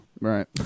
Right